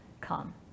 come